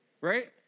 right